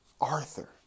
Arthur